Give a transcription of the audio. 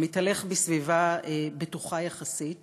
ומתהלך בסביבה בטוחה יחסית,